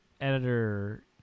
editor